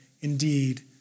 indeed